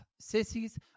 sissies